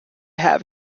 have